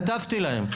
כתבתי להם,